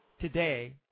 today